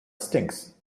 stinks